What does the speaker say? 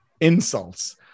insults